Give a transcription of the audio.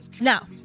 Now